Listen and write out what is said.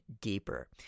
deeper